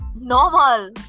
normal